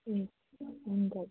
हुन्छ हुन्छ